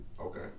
Okay